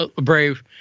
Brave